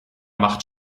macht